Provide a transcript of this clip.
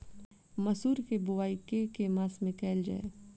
मसूर केँ बोवाई केँ के मास मे कैल जाए?